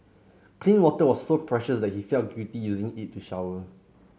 clean water was so precious that he felt guilty using it to shower